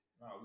No